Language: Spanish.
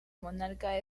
monarca